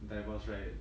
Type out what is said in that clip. divorce right